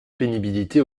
pénibilité